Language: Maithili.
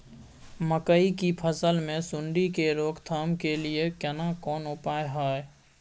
मकई की फसल मे सुंडी के रोक थाम के लिये केना कोन उपाय हय?